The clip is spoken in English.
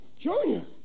Junior